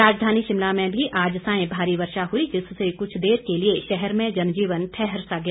राजधानी शिमला में भी आज सांय भारी वर्षा हुई जिससे कुछ देर के लिए शहर में जनजीवन ठहर सा गया